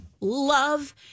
love